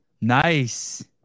Nice